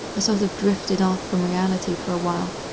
i sort of drifted off from reality for a while.